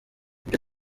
ibyo